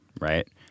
right